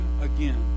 again